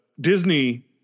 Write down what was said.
Disney